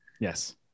Yes